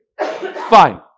Fine